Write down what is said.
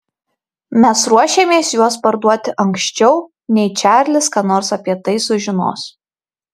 mes ruošiamės juos parduoti anksčiau nei čarlis ką nors apie tai sužinos